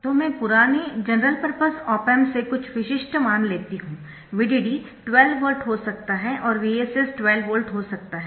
तो मै पुराने जनरल पर्पस ऑप एम्प्स से कुछ विशिष्ट मान लेती हूँ VDD 12 वोल्ट हो सकता है और VSS 12 वोल्ट हो सकता है